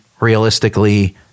realistically